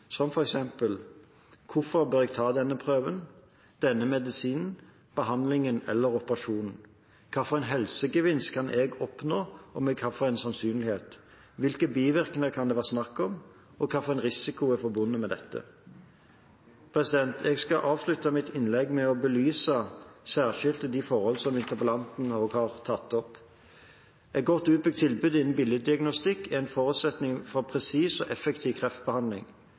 som f.eks.: Hvorfor bør jeg ta denne prøven, denne medisinen, behandlingen eller operasjonen? Hvilken helsegevinst kan jeg oppnå og med hvilken sannsynlighet? Hvilke bivirkninger kan det være snakk om? Hvilken risiko er forbundet med dette? Jeg skal avslutte mitt innlegg med å belyse særskilt de forholdene som interpellanten har tatt opp. Et godt utbygd tilbud innen bildediagnostikk er en forutsetning for presis og effektiv kreftbehandling.